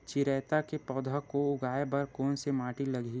चिरैता के पौधा को उगाए बर कोन से माटी लगही?